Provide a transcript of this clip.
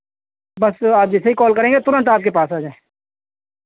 बस आप जैसे ही कॉल करेंगे तुरंत आपके पास आ जाएँ